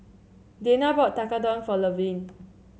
Dayna bought Tekkadon for Levern